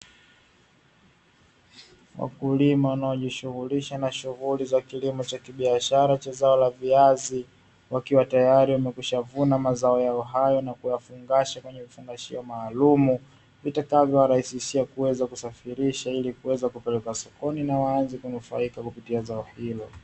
Wakulima wanaojishughulisha na shughuli za kilimo cha kibiashara cha zao la viazi wakiwa tayari wamekwisha vuna mazao yao hayo, na kuyafungasha kwenye vifungashio maalum vitakavyowarahisishia kuweza kusafirisha ili kuweza kupeleka sokoni na waanze kunufaika kupitia zao hilo.